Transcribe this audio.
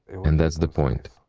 and that's the point.